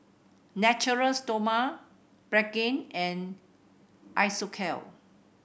Natura Stoma Pregain and Isocal